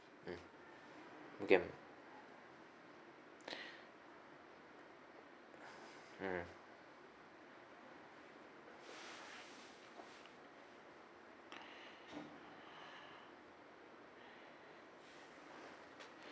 ya mm mm